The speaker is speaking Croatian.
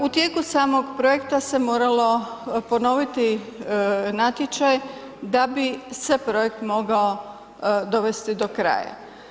U tijeku samog projekta se moralo ponoviti natječaj da bi se projekt mogao dovesti do kraja.